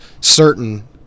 certain